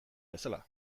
bezala